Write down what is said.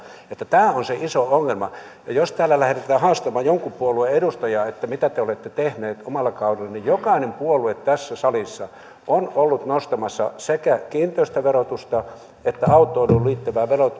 on että tämä on se iso ongelma jos täällä lähdetään haastamaan jonkun puolueen edustajaa että mitä te te olette tehneet omalla kaudellanne niin jokainen puolue tässä salissa on ollut nostamassa sekä kiinteistöverotusta että autoiluun liittyvää